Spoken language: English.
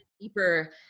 deeper